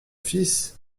fils